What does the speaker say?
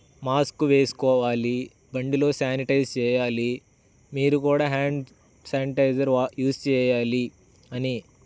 mask వేసుకోవాలి బండిలో sanitize చేయాలి మీరు కూడా హ్యాండ్ శానిటైజర్ వా యూస్ చేయాలి అని